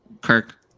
Kirk